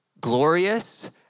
glorious